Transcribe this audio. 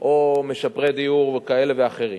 או משפרי דיור כאלה ואחרים.